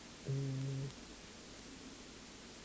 mm